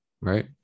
Right